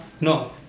no